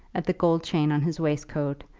at the gold chain on his waistcoat,